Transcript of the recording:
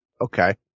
Okay